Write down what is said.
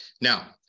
Now